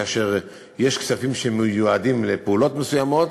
כאשר יש כספים שמיועדים לפעולות מסוימות,